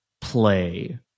play